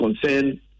concern